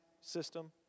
system